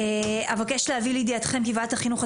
אבקש להביא לידיעתכם כי ועדת החינוך,